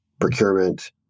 procurement